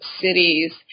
cities